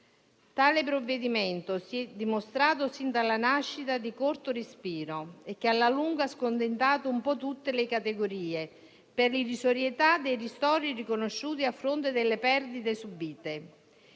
tale provvedimento si è dimostrato di corto respiro e alla lunga ha scontentato un po' tutte le categorie, per l'irrisorietà dei ristori riconosciuti a fronte delle perdite subite.